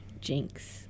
Jinx